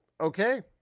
okay